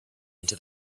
into